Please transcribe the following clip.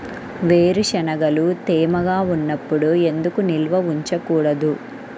వేరుశనగలు తేమగా ఉన్నప్పుడు ఎందుకు నిల్వ ఉంచకూడదు?